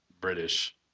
British